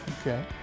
Okay